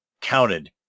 counted